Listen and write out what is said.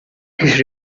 his